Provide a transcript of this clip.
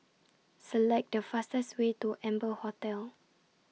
Select The fastest Way to Amber Hotel